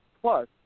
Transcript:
Plus